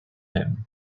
him